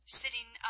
sitting